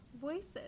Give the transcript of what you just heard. voices